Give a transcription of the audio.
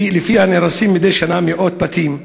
ולפיה נהרסים מדי שנה מאות בתים.